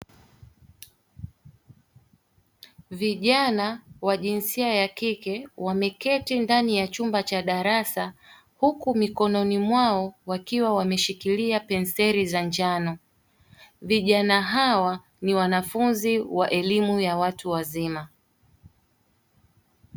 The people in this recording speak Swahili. Vijana wa jinsia ya kike wameketi ndani ya chumba cha darasa, huku mikononi mwao wakiwa wameshikilia penseli za njano. Vijana hawa ni wanafunzi wa elimu ya watu wazima.